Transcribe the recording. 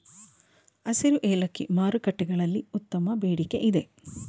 ಹಸಿರು ಏಲಕ್ಕಿ ಮಾರುಕಟ್ಟೆಗಳಲ್ಲಿ ಉತ್ತಮ ಬೇಡಿಕೆಯಿದೆ